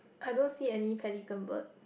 I don't see any pelican bird